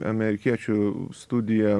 amerikiečių studija